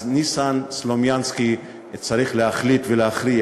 אז ניסן סלומינסקי צריך להחליט ולהכריע